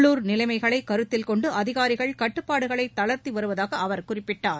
உள்ளுர் நிலைமைகளை கருத்தில் கொண்டு அதிகாரிகள் கட்டுப்பாடுகளை தளர்த்தி வருவதாக அவர் குறிப்பிட்டார்